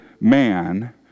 man